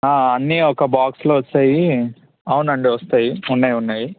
అన్నీ ఒక బాక్స్లో వస్తాయి అవునండి వస్తాయి ఉన్నాయి ఉన్నాయి